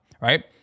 Right